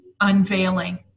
unveiling